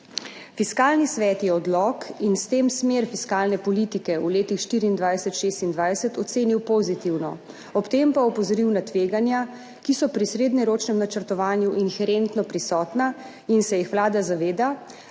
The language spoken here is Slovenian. Fiskalni svet je odlok in s tem smer fiskalne politike v letih 2024-2026 ocenil pozitivno, ob tem pa opozoril na tveganja, ki so pri srednjeročnem načrtovanju inherentno prisotna in se jih Vlada zaveda,